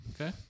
Okay